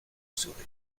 saurai